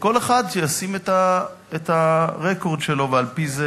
וכל אחד, שישים את הרקורד שלו ועל-פי זה